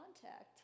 contact